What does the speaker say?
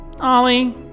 Ollie